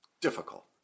difficult